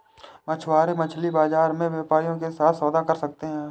मछुआरे मछली बाजार में व्यापारियों के साथ सौदा कर सकते हैं